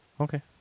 Okay